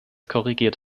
korrigiert